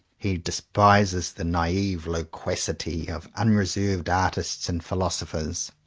he despises the naive loquacity of unreserved artists and philosophers.